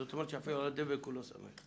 זאת אומרת שאפילו על הדבק הוא לא סומך.